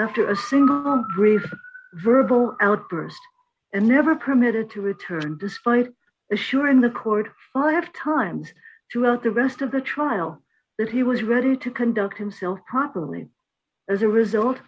after a single brief verbal outbursts and never permitted to return despite assuring the court i have times throughout the rest of the trial that he was ready to conduct himself properly as a result